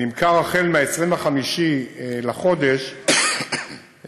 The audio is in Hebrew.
נמכר החל מ-25 בחודש מינוי